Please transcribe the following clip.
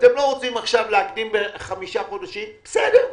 אתם לא רוצים עכשיו להקדים בחמישה חודשים, בסדר.